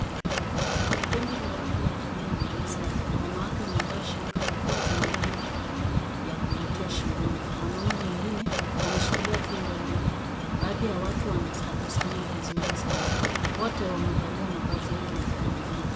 Kundi la watu wa jamii ya kimasai, wanawake wamevaa shungaa kubwa zenye rangi ya kuvutia shingoni. Wanaume wengine wameshikilia fimbo ndefu. Baadhi ya watu wanatabasamu vizuri sana. Wote wamevalia mavazi ya kitamaduni.